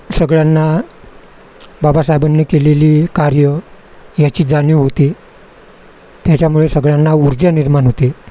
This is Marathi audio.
सगळ्यांना बाबासाहेबांनी केलेली कार्य याची जाणीव होते त्याच्यामुळे सगळ्यांना ऊर्जा निर्माण होते